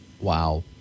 Wow